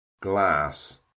Glass